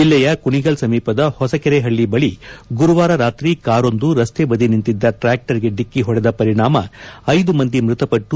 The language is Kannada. ಜಿಲ್ಲೆಯ ಕುಣಿಗಲ್ ಸಮೀಪದ ಹೊಸಕೆರೆಹಳ್ಳಿ ಬಳಿ ಗುರುವಾರ ರಾತ್ರಿ ಕಾರೊಂದು ರಸ್ತೆ ಬದಿ ನಿಂತಿದ್ದ ಟ್ರಾಕ್ಷರ್ಗೆ ಡಿಕ್ಕಿ ಹೊಡೆದ ಪರಿಣಾಮ ಐದು ಮಂದಿ ಮೃತಪಟ್ಟು